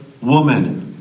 Woman